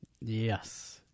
Yes